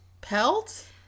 pelt